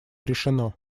решено